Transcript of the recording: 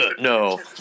No